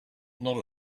not